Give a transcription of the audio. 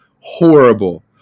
horrible